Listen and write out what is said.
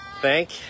Thank